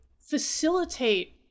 facilitate